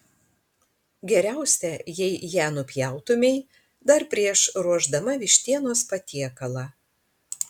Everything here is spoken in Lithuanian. geriausia jei ją nupjautumei dar prieš ruošdama vištienos patiekalą